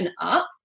up